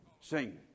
Sing